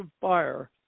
fire